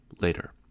later